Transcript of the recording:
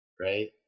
Right